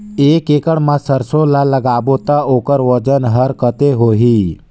एक एकड़ मा सरसो ला लगाबो ता ओकर वजन हर कते होही?